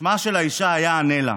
שמה של האישה היה אנלה,